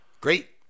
Great